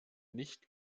nicht